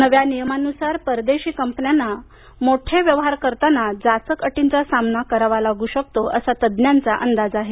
नव्या नियमानुसार परदेशी कंपन्यांना मोठे व्यवहार करताना जाचक अटींचा सामना करावा लागू शकतो असा तज्ञांचा अंदाज आहे